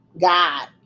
God